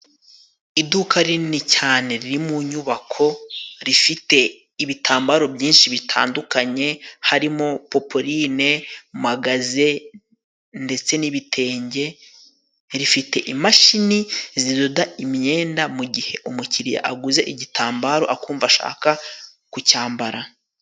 Iduka rinini cyane, riri mu nyubako, rifite ibitambaro byinshi bitandukanye, harimo popoline, magaze ndetse n'ibitenge, rifite imashini zidoda imyenda, mu gihe umukiriya aguze igitambaro akumva ashaka kucyambara.